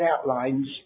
outlines